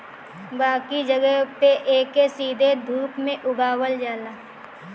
बाकी जगह पे एके सीधे धूप में उगावल जाला